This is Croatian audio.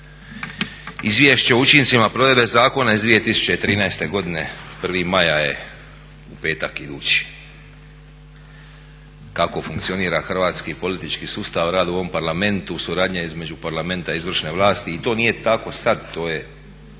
Izvješće o učincima provedbe Zakona o otocima iz 2013.godine. 1.maja je u petak idući, kako funkcionira hrvatski politički sustav rad u ovom Parlamentu, suradnja između Parlamenta i izvršne vlasti i to nije tako sada, to je tako